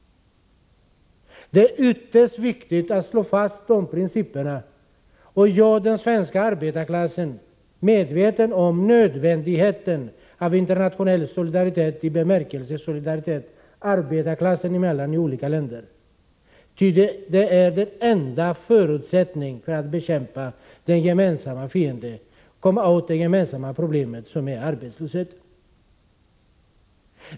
Det är ytterst viktigt att slå fast dessa principer och göra den svenska arbetarklassen medveten om nödvändigheten av internationell solidaritet i bemärkelsen solidaritet arbetarklasserna emellan i olika länder, ty det är den enda förutsättningen för att bekämpa den gemensamma fienden, det gemensamma problemet, som är arbetslösheten.